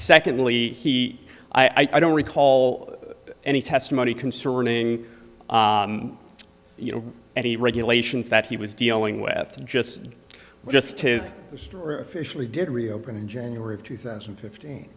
secondly he i don't recall any testimony concerning you know any regulations that he was dealing with just well just his the store officially did reopen in january of two thousand and fifteen